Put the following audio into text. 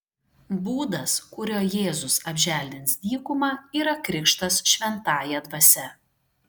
būdas kuriuo jėzus apželdins dykumą yra krikštas šventąja dvasia